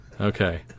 Okay